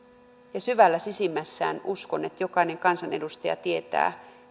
ja syvällä sisimmässäni uskon että jokainen kansanedustaja tietää